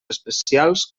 especials